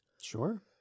Sure